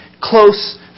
close